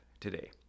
today